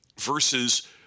versus